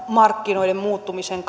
markkinoiden muuttumisen